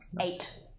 Eight